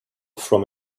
from